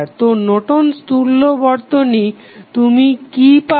তো নর্টন'স তুল্য Nortons equivalent বর্তনী তুমি কি পাবে